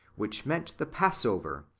which meant the pass over,